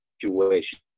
situation